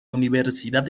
universidad